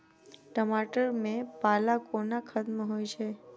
टमाटर मे पाला कोना खत्म होइ छै?